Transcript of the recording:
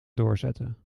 doorzetten